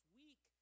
week